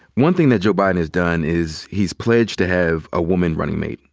one thing that joe biden has done is he's pledged to have a woman running mate.